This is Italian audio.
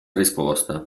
risposta